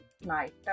night